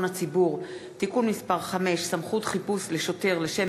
הציבור (תיקון מס' 5) (סמכות חיפוש לשוטר לשם